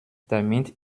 damit